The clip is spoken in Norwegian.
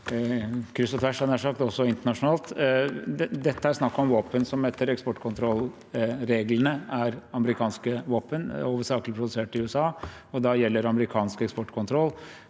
kryss og tvers, nær sagt, også internasjonalt. Dette er snakk om våpen som etter eksportkontrollreglene er amerikanske våpen, hovedsakelig produsert i USA, og da gjelder amerikansk eksportkontroll.